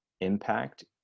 impact